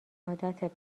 عادت